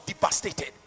devastated